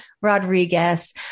Rodriguez